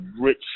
rich